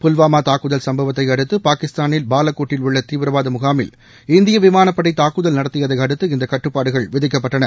புல்வாமாதாக்குதல் சம்பவத்தைஅடுத்துபாகிஸ்தானில் பாலக்கோட்டில் உள்ளதீவிரவாதமுகாமில் இந்தியவிமானப்படைதாக்குதல் நடத்தியதைஅடுத்து இந்தகட்டுப்பாடுகள் விதிக்கப்பட்டன